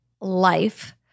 life